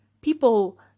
people